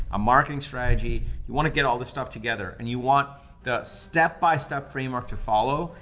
a marketing strategy, you wanna get all this stuff together and you want the step-by-step framework to follow,